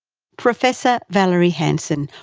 professor valerie hansen,